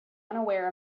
unaware